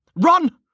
Run